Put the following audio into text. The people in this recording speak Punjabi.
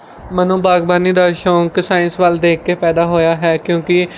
ਮੈਨੂੰ ਬਾਗਬਾਨੀ ਦਾ ਸ਼ੌਂਕ ਸਾਇੰਸ ਵੱਲ ਦੇਖ ਕੇ ਪੈਦਾ ਹੋਇਆ ਹੈ ਕਿਉਂਕਿ